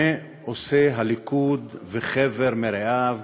ומה עושה הליכוד וחבר מרעיו?